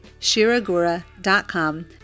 shiragura.com